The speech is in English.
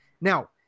Now